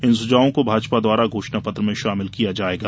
इन सुझावों को भाजपा द्वारा घोषणा पत्र में शामिल किया जायेगा